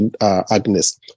agnes